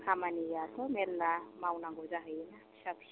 खामानियाथ' मेल्ला मावनांगौ जाहैयो ना फिसा फिसौ